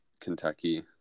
Kentucky